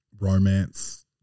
romance